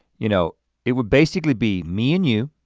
you know it would basically be me and you,